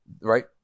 Right